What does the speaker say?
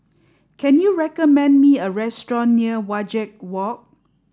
can you recommend me a restaurant near Wajek Walk